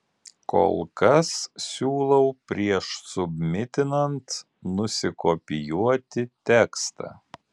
kol kas siūlau prieš submitinant nusikopijuoti tekstą